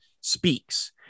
speaks